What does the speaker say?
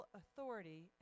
authority